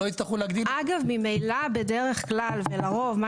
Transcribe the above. ולא יצטרכו להגדיל אותו.